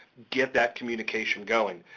get that communication going.